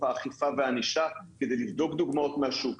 האכיפה והענישה כדי לבדוק דוגמאות מהשוק,